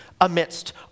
amidst